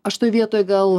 aš toj vietoj gal